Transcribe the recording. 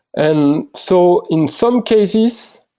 and so in some cases,